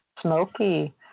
smoky